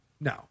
No